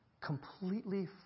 completely